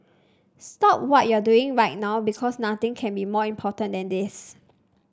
stop what you're doing right now because nothing can be more important than this